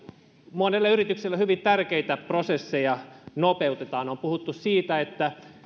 monelle yritykselle hyvin tärkeitä prosesseja nopeutetaan on puhuttu siitä että